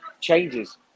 changes